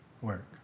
work